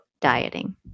dieting